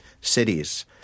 cities